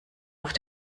auf